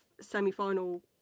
semi-final